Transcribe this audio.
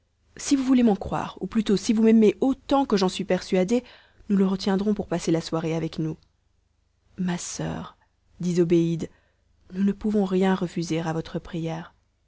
si vous voulez m'en croire ou plutôt si vous m'aimez autant que j'en suis persuadée nous le retiendrons pour passer la soirée avec nous ma soeur dit zobéide nous ne pouvons rien refuser à votre prière